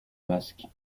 masques